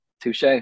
Touche